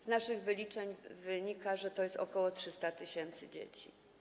Z naszych wyliczeń wynika, że to jest ok. 300 tys. dzieci.